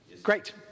great